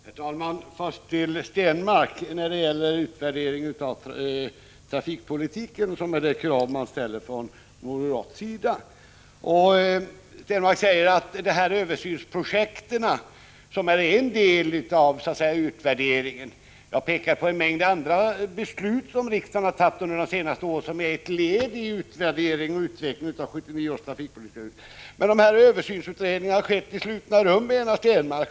Herr talman! Låt mig börja med att ge en kommentar till Per Stenmarck om kravet på en utvärdering av trafikpolitiken, som ställs av moderaterna. De säger att de nämnda översynsprojekten skall vara en del av utvärderingen. Jag pekade i mitt anförande på en mängd beslut som riksdagen har fattat på senare år som led i en utvärdering och utveckling av 1979 års trafikpolitiska beslut. Dessa översynsutredningar har skett i slutna rum, säger Per Stenmarck.